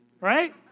right